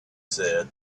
said